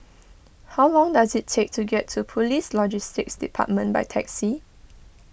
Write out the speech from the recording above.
how long does it take to get to Police Logistics Department by taxi